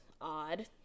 odd